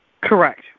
Correct